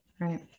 right